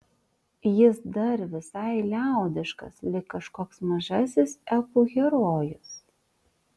jis dar visai liaudiškas lyg kažkoks mažasis epų herojus